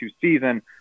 season